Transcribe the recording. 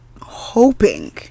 hoping